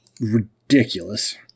ridiculous